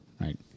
Right